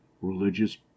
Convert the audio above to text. religious